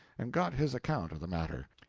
and got his account of the matter.